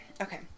Okay